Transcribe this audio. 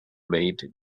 mate